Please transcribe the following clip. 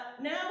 now